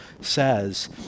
says